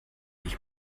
ich